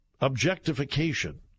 objectification